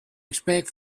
expect